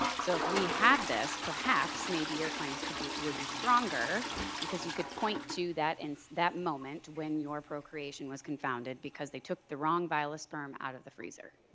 so if we have this, perhaps maybe your claims could be would be stronger because you could point to that in that moment when your procreation was confounded because they took the wrong vial of sperm out of the freezer.